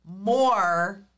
more